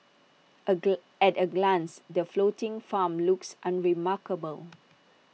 A at A glance the floating farm looks unremarkable